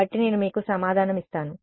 కాబట్టి నేను మీకు సమాధానం ఇస్తాను